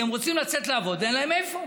שהם רוצים לצאת לעבוד ואין להם איפה,